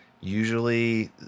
Usually